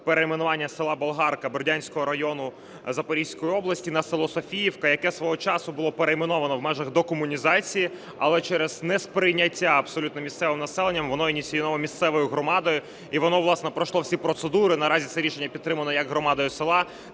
перейменування села Болгарка Бердянського району Запорізької області на село Софіївка, яке свого часу було перейменовано в межах декомунізації, але через несприйняття абсолютно місцевим населенням воно ініційовано місцевою громадою, і воно, власне, пройшло всі процедури. Наразі це рішення підтримане як громадою села,